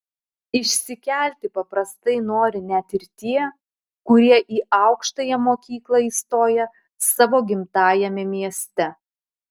išsikelti paprastai nori net ir tie kurie į aukštąją mokyklą įstoja savo gimtajame mieste